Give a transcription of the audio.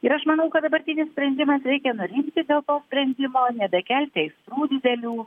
ir aš manau kad dabartinis sprendimas reikia nurimti dėl to sprendimo nebekelti aistrų didelių